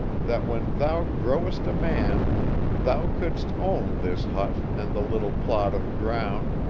that when thou growest a man thou couldst own this hut and the little plot of ground,